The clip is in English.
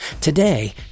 Today